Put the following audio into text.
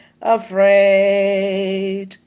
afraid